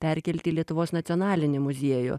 perkelti į lietuvos nacionalinį muziejų